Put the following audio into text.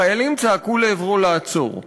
החיילים צעקו לעברו לעצור.